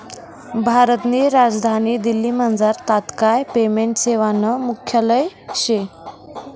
भारतनी राजधानी दिल्लीमझार तात्काय पेमेंट सेवानं मुख्यालय शे